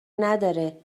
نداره